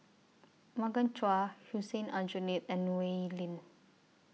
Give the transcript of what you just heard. Morgan Chua Hussein Aljunied and Wee Lin